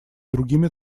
другими